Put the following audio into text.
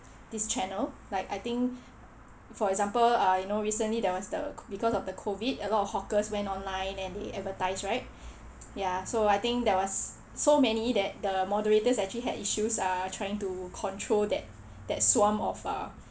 this channel like I think for example uh you know recently there was the because of the COVID a lot of hawkers went online and they advertise right ya so I think that was so many that the moderators actually had issues uh trying to control that that swamp of uh